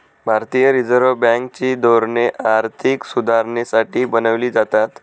भारतीय Reserve Bank ची धोरणे आर्थिक सुधारणेसाठी बनवली जातात